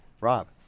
Rob